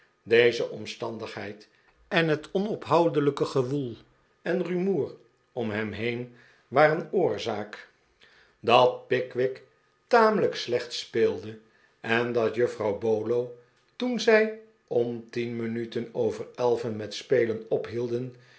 deze omstandigheid en het onophoudelijke gewoel en rumoer om hem neen waren oorzaak dat pickwick tamelijk slecht speelde en dat juffrouw bolo toen zij om tien minuten over elven met spelen ophielden